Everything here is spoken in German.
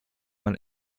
man